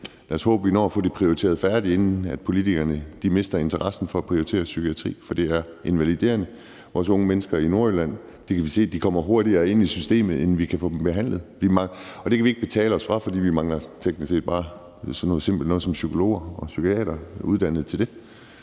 Lad os håbe, vi når at få det prioriteret færdigt, inden politikerne mister interessen for at prioritere psykiatri, for det er invaliderende. Vi kan se, at vores unge mennesker i Nordjylland kommer hurtigere ind i systemet, end vi kan få dem behandlet. Og det kan vi ikke betale os fra, for vi mangler teknisk set bare sådan noget simpelt noget som psykologer og psykiatere, der er uddannet til det.